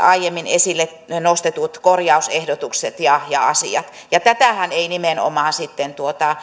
aiemmin esille nostetut korjausehdotukset ja ja asiat ja tätähän eivät nimenomaan sitten